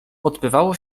odbywało